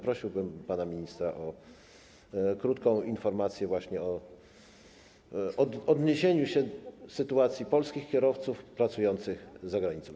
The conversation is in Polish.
Prosiłbym pana ministra o krótką informację, o odniesienie się do sytuacji polskich kierowców pracujących za granicą.